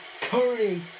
Curry